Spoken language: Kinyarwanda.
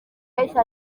gaheshyi